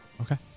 Okay